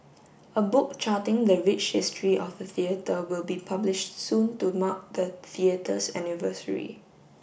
a book charting the rich history of the theatre will be published soon to mark the theatre's anniversary